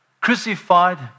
crucified